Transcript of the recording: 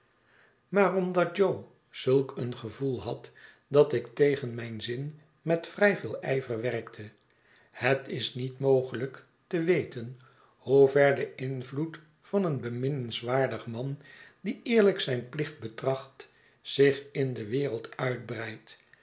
maar omdat jo zulk een gevoel had dat ik tegen mijn zin met vrij veel yver werkte het is niet mogelijk te weten hoever de invloed van een beminnenswaardig man die eerlijk zijn plicht betracht zich in de wereid uitbreidt